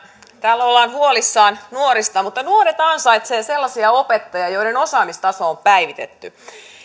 täällä ollaan huolissaan nuorista mutta nuoret ansaitsevat sellaisia opettajia joiden osaamistaso on päivitetty